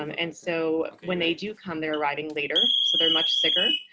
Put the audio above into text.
um and so when they do come, they're arriving later. so they're much sicker.